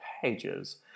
pages